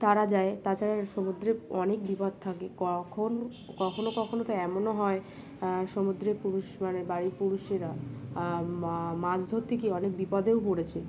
তারা যায় তাছাড়া সমুদ্রে অনেক বিপদ থাকে কখন কখনো কখনো তো এমনও হয় সমুদ্রে পুরুষ মানে বাড়ির পুরুষেরা মাছ ধরতে অনেক বিপদেও পড়েছে